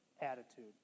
attitude